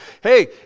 hey